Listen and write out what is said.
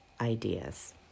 ideas